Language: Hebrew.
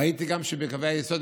ראיתי גם שבקווי היסוד,